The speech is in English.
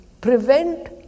prevent